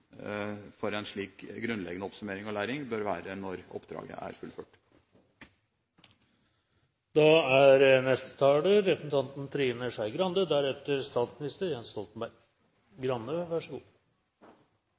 for en slik grunnleggende oppsummering og læring – bør være når oppdraget er fullført.